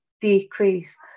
decrease